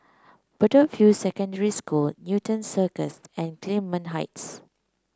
Bedok View Secondary School Newton Cirus and Gillman Heights